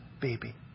baby